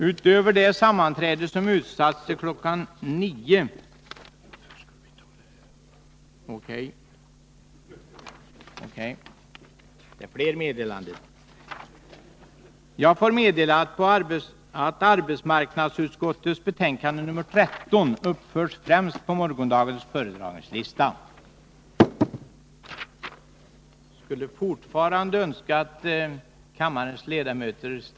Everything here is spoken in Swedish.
Utöver det sammanträde, som utsatts till kl.